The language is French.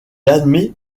admet